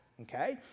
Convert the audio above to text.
Okay